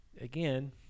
again